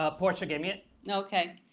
ah portia gave me it. ok.